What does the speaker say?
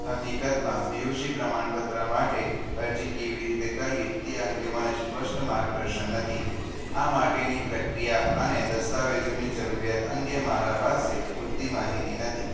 હકીકતમાં પીયુસી પ્રમાણપત્ર માટે અરજી કેવી રીતે કરવી તે અંગે મને સ્પષ્ટ માર્ગદર્શન નથી આ માટેની પ્રક્રિયા અને દસ્તાવજોની જરૂરિયાત અંગે મારી પાસે પૂરતી માહિતી નથી